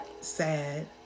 sad